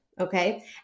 okay